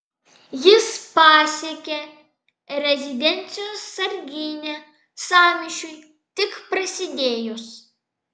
jis pasiekė rezidencijos sarginę sąmyšiui tik prasidėjus